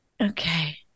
Okay